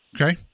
Okay